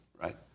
right